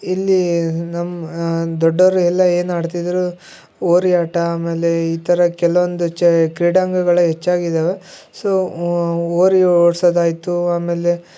ಇಲ್ಲಿ ನಮ್ಮ ದೊಡ್ಡವರು ಎಲ್ಲ ಏನಾಡ್ತಿದ್ದರು ಹೋರಿ ಆಟ ಆಮೇಲೆ ಈ ಥರಾ ಕೆಲವೊಂದು ಚ ಕ್ರೀಡಾಂಗಗಳು ಹೆಚ್ಚಾಗಿದಾವೆ ಸೋ ಹೋರಿ ಓಡ್ಸೋದಾಯಿತು ಆಮೇಲೆ